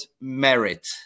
merit